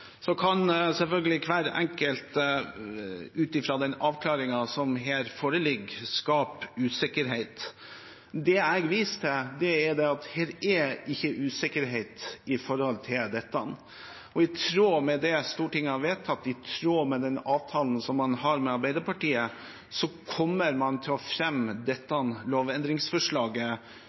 Så kan selvfølgelig hver enkelt ut fra den avklaringen som her foreligger, skape usikkerhet. Det jeg viser til, er at det ikke er usikkerhet når det gjelder dette. Og i tråd med det Stortinget har vedtatt, i tråd med den avtalen man har med Arbeiderpartiet, kommer man til å fremme dette lovendringsforslaget